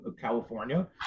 California